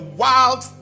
wild